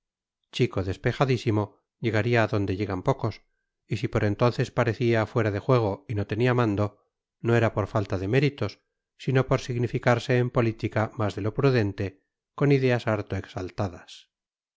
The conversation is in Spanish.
tropas chico despejadísimo llegaría a donde llegan pocos y si por entonces parecía fuera de juego y no tenía mando no era por falta de méritos sino por significarse en política más de lo prudente con ideas harto exaltadas